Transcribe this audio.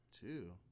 Two